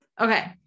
Okay